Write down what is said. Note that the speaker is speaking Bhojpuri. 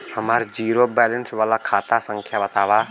हमार जीरो बैलेस वाला खाता संख्या वतावा?